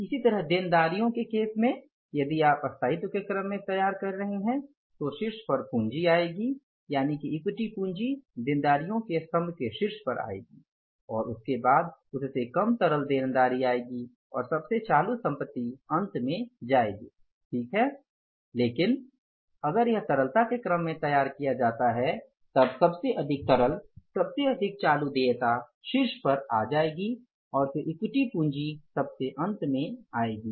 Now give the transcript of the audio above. इसी तरह देनदारियों के केस में यदि आप स्थायित्व के क्रम में तैयार कर रहे हैं तो शीर्ष पर पूंजी आएगी यानी कि इक्विटी पूंजी देनदारियों के स्तंभ के शीर्ष पर आएगी और उसके बाद उससे कम तरल देनदारी आएगी और सबसे चालू सम्पति अंत में आ जाएगा ठीक है लेकिन अगर यह तरलता के क्रम में तैयार किया जाता है तब सबसे अधिक तरल सबसे अधिक चालू देयता शीर्ष पर आ जाएगी और फिर अंतिम इक्विटी पूंजी है जो अंत में आ जाएगी